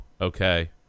okay